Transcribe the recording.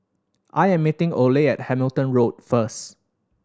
I am meeting Ole at Hamilton Road first